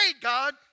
God